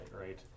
right